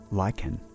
lichen